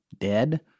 dead